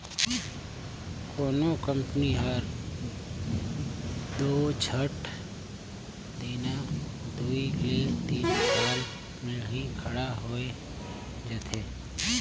कोनो कंपनी हर दो झट दाएन दुई ले तीन साल में ही खड़ा होए जाथे